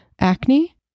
acne